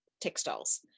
textiles